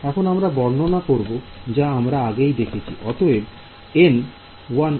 এখন আমরা বর্ণনা করব যা আমরা আগেই দেখেছি